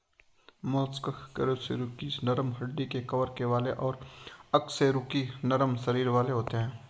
mollusc कशेरुकी नरम हड्डी के कवर वाले और अकशेरुकी नरम शरीर वाले होते हैं